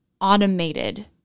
automated